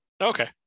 Okay